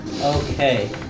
Okay